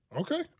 Okay